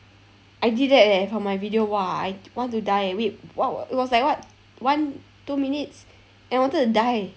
I did that eh for my video !wah! I want to die eh wait wh~ it was like what one two minutes and I wanted to die